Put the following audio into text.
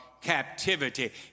captivity